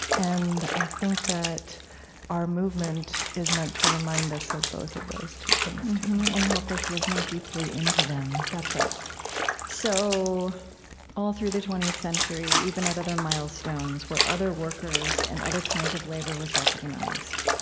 and i think that our movement is meant to remind us of both of those two things, too and help us live more deeply into them that's right so all through the twentieth century, even at other milestones where other workers and other kinds of labor was recognized,